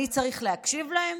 אני צריך להקשיב להם?